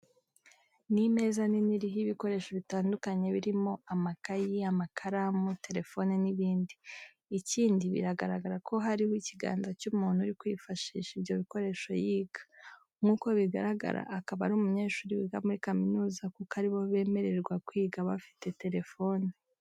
Ni imeza nini iriho ibikoresho bitandukanye birimo amakayi, amakaramu, terefone n'ibindi. Ikindi biragaragara ko hariho ikiganza cy'umuntu uri kwifashisha ibyo bikoresho yiga. Nk'uko bigaragara akaba ari umunyeshuri wiga muri kaminuza kuko ari bo bemererwa kwiga bafite terefone.